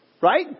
Right